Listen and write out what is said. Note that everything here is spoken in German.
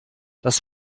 das